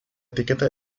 etiqueta